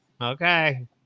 Okay